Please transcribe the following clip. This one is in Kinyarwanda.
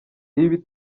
ibi